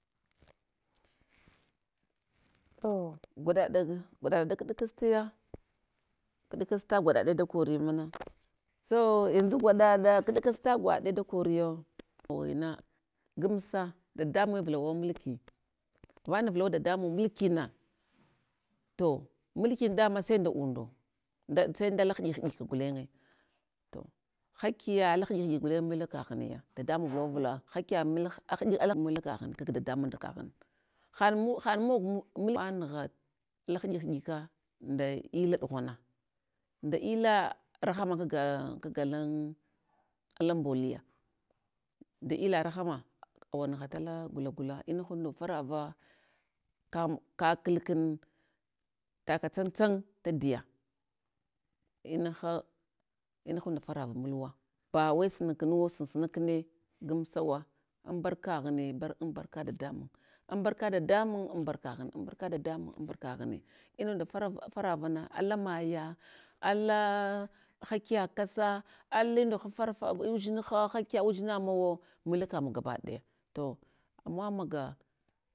to gwaɗa gwaɗa ɗak ɗakastiya, kɗa kasta gwaɗaɗe dakon muna, so yanzu gwaɗaɗa kɗasta gwaɗe da koriyo ghuyina gamsa dadamunye vulawa mulki vana vulawa dadamun mulkina, to mulki da ma sai nda undo, nda sai ndala hiɗi hiɗi gulenye to hakiya la hiɗik hiɗik gulen mule ka ghuniya dadamun vulawa vula, hakiya melh ahɗi ala mulikaghun kag dadamun nda kaghun, haɗmu haɗ mogu mu mel wa anugha, ala hiɗik hiɗika nda illa ɗughana, nda illa rahama kaga kagalan alan mbol ya nda illa rahama awa nugha tala gula gula mahunda farava kamka kalkum taka tsan tsan tadiya inaha inahunda favavamulwa, bawai suna. Kunuwo sunsuna kune gamsawa an barka ghune, an barka dadamun, an barka dadamun, an barka ghune, an barka dadamun, an barka ghune, inunda farava faravana ala maya ala hakiya kasa, alindu ha farfa gu udzinha, hakiya udzina mawo, mulekamun gabadaya to amawa maga.